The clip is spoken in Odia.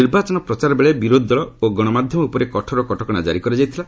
ନିର୍ବାଚନ ପ୍ରଚାର ବେଳେ ବିରୋଧୀ ଦଳ ଓ ଗଣମାଧ୍ୟମ ଉପରେ କଠୋର କଟକଶା କ୍ରାରି କରାଯାଇଥିଲା